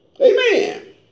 Amen